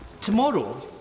Tomorrow